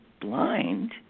blind